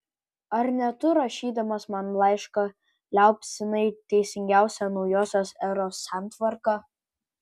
ar ne tu rašydamas man laišką liaupsinai teisingiausią naujosios eros santvarką